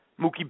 Mookie